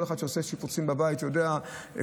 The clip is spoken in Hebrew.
כל אחד שעושה שיפוצים בבית יודע שבכל